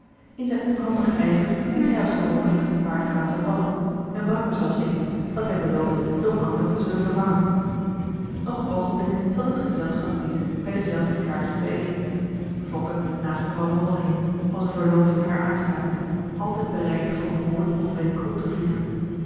in zijn onhandigen ijver liet hij als gewoonlijk een paar glazen vallen en brak er zelfs een dat hij beloofde door een ander te zullen vervangen nog een oogenblik zat het gezelschap binnen bij dezelfde kaarsen bijeen fokke naast mevrouw wandelheem als een verloofde haar aanstarend altijd bereid voor een woord of wenk optevliegen